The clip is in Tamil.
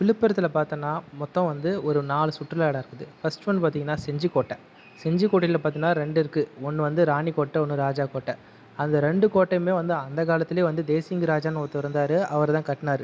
விழுப்புரத்துல பார்த்தோம்ன்னா மொத்தம் வந்து ஒரு நாலு சுற்றுலா இடம் இருக்குது ஃபர்ஸ்ட் ஒன் பார்த்தீங்கன்னா செஞ்சிக்கோட்டை செஞ்சிக்கோட்டையில் பார்த்தீங்கன்னா ரெண்டு இருக்குது ஒன்று வந்து ராணிக்கோட்டை ஒன்று ராஜாக்கோட்டை அந்த ரெண்டு கோட்டையுமே வந்து அந்த காலத்துலேயே வந்து தேசிங்கு ராஜான்னு ஒருத்தவர் இருந்தார் அவர் தான் கட்டினாரு